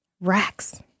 Racks